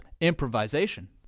improvisation